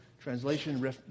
Translation